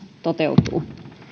toteutuu